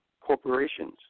corporations